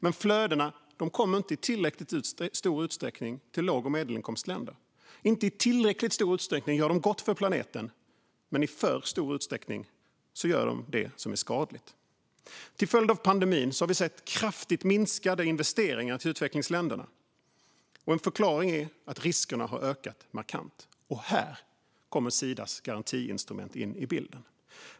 Men flödena kommer inte i tillräckligt stor utsträckning till låg och medelinkomstländer. De gör inte i tillräckligt stor utsträckning gott för planeten, men i för stor utsträckning gör de det som är skadligt. Till följd av pandemin har vi sett kraftigt minskade investeringar till utvecklingsländerna. En förklaring är att riskerna har ökat markant. Här kommer Sidas garantiinstrument in i bilden.